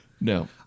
No